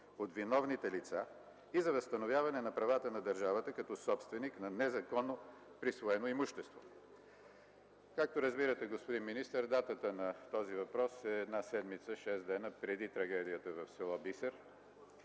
от виновните лица и за възстановяване правата на държавата като собственик на незаконно присвоено имущество? Както разбирате, господин министър, датата на този въпрос е една седмица – шест дни преди трагедията в с. Бисер.